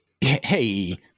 hey